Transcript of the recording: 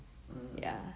mm mm